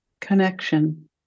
connection